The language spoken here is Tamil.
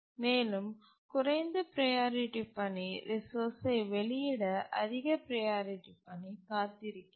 மேலும் குறைந்த ப்ரையாரிட்டி பணி ரிசோர்ஸ்சை வெளியிட அதிக ப்ரையாரிட்டி பணி காத்திருக்கிறது